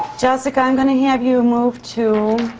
jessica, i'm gonna have you move to